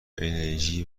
انِرژی